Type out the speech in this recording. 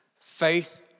faith